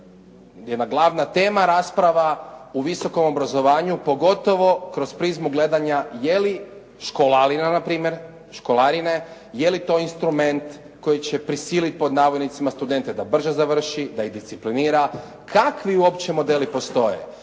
jedna glavna tema rasprava u visokom obrazovanju, pogotovo kroz prizmu gledanja je li školarina npr. školarine, je li to instrument koji će prisiliti pod navodnicima studente da brže završi, da ih disciplinira, kakvi uopće modeli postoje.